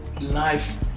life